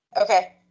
Okay